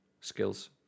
skills